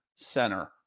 center